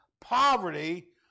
poverty